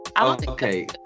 Okay